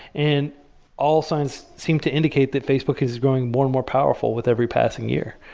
and all signs seem to indicate that facebook is going more and more powerful with every passing year.